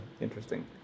interesting